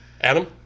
Adam